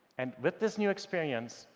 and with this new experience,